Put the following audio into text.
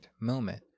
moment